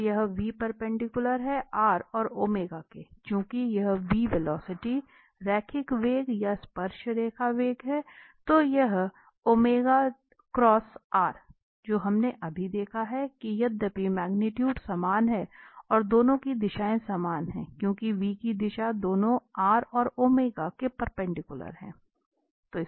तो यह परपेंडिकुलर है और के चूंकि यह वेलॉसिटी रैखिक वेग या स्पर्शरेखा वेग है और यह जो हमने अभी देखा है कि यद्यपि मैग्नीट्यूट समान हैं और दोनों की दिशाएं समान हैं क्योंकि की दिशा दोनों और के परपेंडिकुलर है